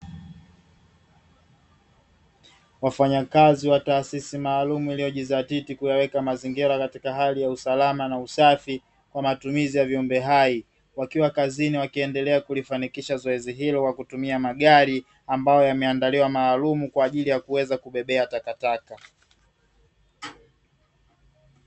Wafanyakazi wa taasisi maalumu iliyojidhatiti kuyaweka mazingira katika hali ya usalama na usafi wa matumizi ya viumbe hai, wakiwa kazini wakiendelea kulifanikisha zoezi hilo kwa kutumia magari ambayo yameandaliwa maalumu kwa ajili ya kuweza kubebea takataka.